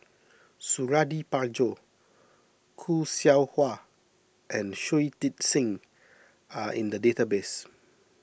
Suradi Parjo Khoo Seow Hwa and Shui Tit Sing are in the database